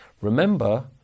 remember